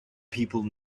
people